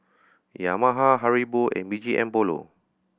Yamaha Haribo and B G M Polo